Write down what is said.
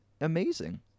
amazing